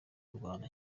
kurwana